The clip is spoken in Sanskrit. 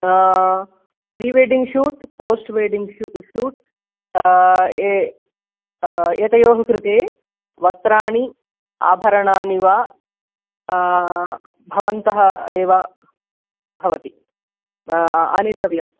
prewedding shoot post wedding shoot एतयोः कृते वस्त्राणि आभरणानि वा भवन्तः एव भवति आनीतव्यम्